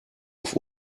auf